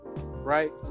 right